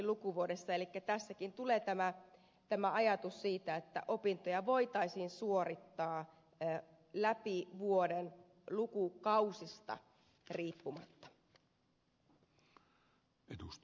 elikkä tässäkin tulee tämä ajatus siitä että opintoja voitaisiin suorittaa läpi vuoden lukukausista riippumatta